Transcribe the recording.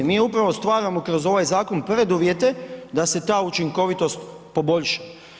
Mi upravo stvaramo kroz ovaj zakon preduvjete da se ta učinkovitost poboljša.